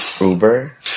Uber